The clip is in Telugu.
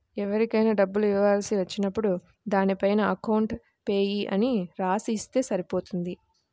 ఎవరికైనా డబ్బులు ఇవ్వాల్సి వచ్చినప్పుడు దానిపైన అకౌంట్ పేయీ అని రాసి ఇస్తే సరిపోతుంది